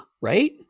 right